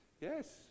Yes